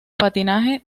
patinaje